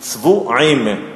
הצבועים?